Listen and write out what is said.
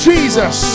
Jesus